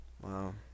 Wow